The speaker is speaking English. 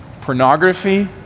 Pornography